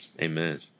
Amen